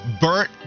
burnt